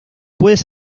puedes